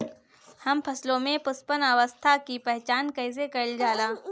हम फसलों में पुष्पन अवस्था की पहचान कईसे कईल जाला?